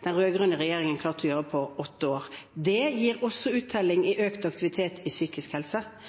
den rød-grønne regjeringen klarte å gjøre på åtte år. Det gir også uttelling i økt aktivitet innen psykisk